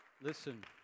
Listen